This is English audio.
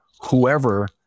whoever